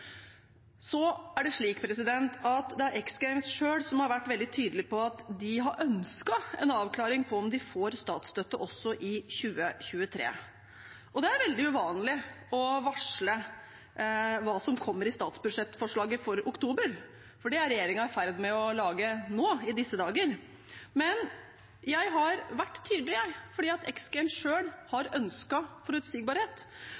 Det er X Games selv som har vært veldig tydelige på at de har ønsket en avklaring på om de får statsstøtte også i 2023. Det er veldig uvanlig å varsle hva som kommer i statsbudsjettforslaget i oktober, for det er regjeringen i ferd med å lage nå i disse dager, men jeg har vært tydelig fordi X Games selv har ønsket forutsigbarhet. Jeg har derfor også sagt at